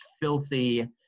filthy